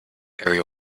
every